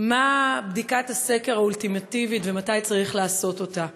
בדיקת הסקר האולטימטיבית ומתי צריך לעשות אותה.